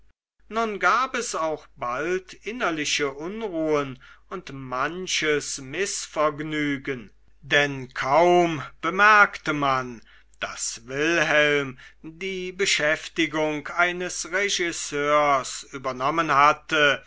nun gab es auch bald innerliche unruhen und manches mißvergnügen denn kaum bemerkte man daß wilhelm die beschäftigung eines regisseurs übernommen hatte